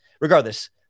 regardless